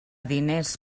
diners